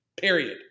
period